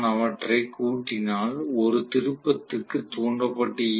நான் அவற்றைச் கூட்டினால் ஒரு திருப்பத்துக்கு தூண்டப்பட்ட ஈ